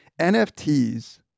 nfts